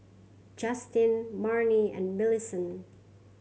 Justen Marnie and Millicent